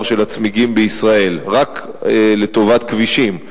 של הצמיגים בישראל רק לטובת כבישים.